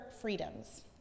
freedoms